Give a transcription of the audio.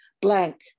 Blank